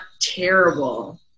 terrible